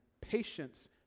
patience